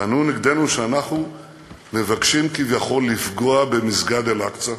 שאנחנו מבקשים כביכול לפגוע במסגד אל-אקצא,